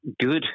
good